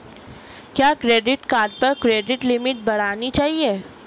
क्या credit card पर credit limit बढ़ानी चाहिए?